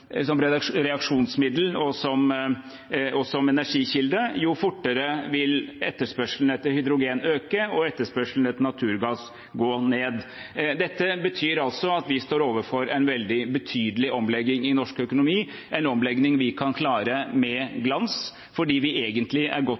som reaksjonsmiddel og som energikilde, jo fortere vil etterspørselen etter hydrogen øke og etterspørselen etter naturgass gå ned. Dette betyr altså at vi står overfor en veldig betydelig omlegging i norsk økonomi, en omlegging vi kan klare med glans, fordi vi egentlig er godt